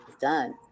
done